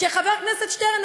שחבר הכנסת שטרן,